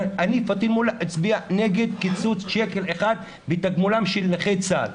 אני פטין מולא אצביע נגד קיצוץ שקל אחד מתגמולם של נכי צה"ל.